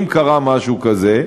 אם קרה משהו כזה,